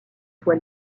soit